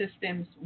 systems